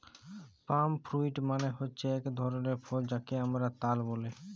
পাম fruit মালে হচ্যে এক ধরলের ফল যাকে হামরা তাল ব্যলে